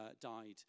died